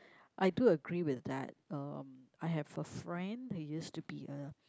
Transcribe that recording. I do agree with that um I have a friend he used to be a